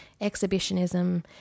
exhibitionism